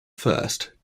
first